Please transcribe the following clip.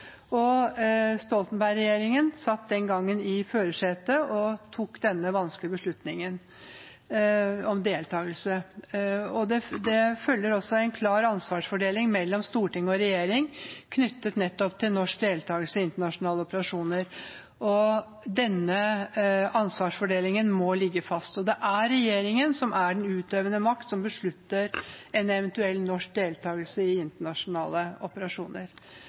operasjonene. Stoltenberg-regjeringen satt den gangen i førersetet og tok den vanskelige beslutningen om deltakelse. Det følger en klar ansvarsfordeling mellom storting og regjering knyttet nettopp til norsk deltakelse i internasjonale operasjoner, og denne ansvarsfordelingen må ligge fast. Det er regjeringen som er den utøvende makt, som beslutter en eventuell norsk deltakelse i internasjonale operasjoner.